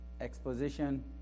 exposition